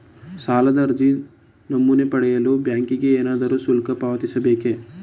ಸಾಲದ ಅರ್ಜಿ ನಮೂನೆ ಪಡೆಯಲು ಬ್ಯಾಂಕಿಗೆ ಏನಾದರೂ ಶುಲ್ಕ ಪಾವತಿಸಬೇಕೇ?